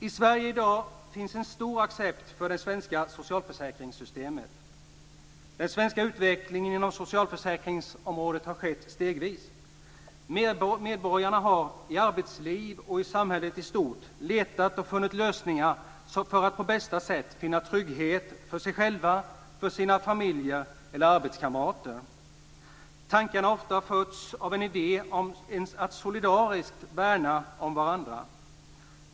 I Sverige finns i dag en stor accept för det svenska socialförsäkringssystemet. Den svenska utvecklingen inom socialförsäkringsområdet har skett stegvis. Medborgarna har i arbetslivet och i samhället i stort letat och funnit lösningar för att på bästa sätt finna trygghet för sig själva, för sina familjer eller för arbetskamrater. Tankarna har ofta fötts ur en idé om att solidariskt värna om varandra.